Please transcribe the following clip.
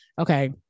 okay